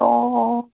অঁ অঁ